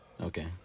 okay